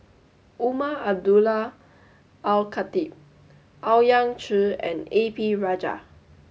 Umar Abdullah Al Khatib Owyang Chi and A P Rajah